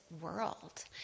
world